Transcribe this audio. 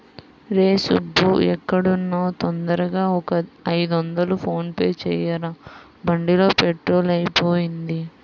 రేయ్ సుబ్బూ ఎక్కడున్నా తొందరగా ఒక ఐదొందలు ఫోన్ పే చెయ్యరా, బండిలో పెట్రోలు అయిపొయింది